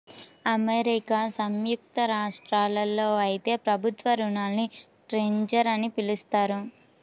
America సంయుక్త రాష్ట్రాల్లో అయితే ప్రభుత్వ రుణాల్ని ట్రెజర్ అని పిలుస్తారు